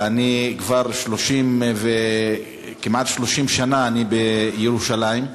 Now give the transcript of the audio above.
ואני כבר כמעט 30 שנה בירושלים.